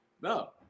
No